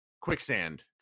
quicksand